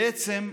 בעצם,